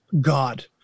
God